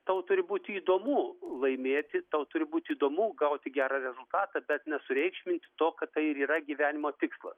tau turi būti įdomu laimėti tau turi būti įdomu gauti gerą rezultatą bet nesureikšminti to kad tai ir yra gyvenimo tikslas